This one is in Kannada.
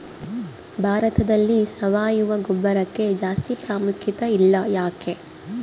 ಭಾರತದಲ್ಲಿ ಸಾವಯವ ಗೊಬ್ಬರಕ್ಕೆ ಜಾಸ್ತಿ ಪ್ರಾಮುಖ್ಯತೆ ಇಲ್ಲ ಯಾಕೆ?